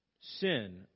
sin